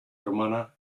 hermana